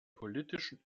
politischen